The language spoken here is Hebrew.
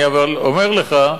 אבל אני אומר לך,